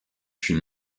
une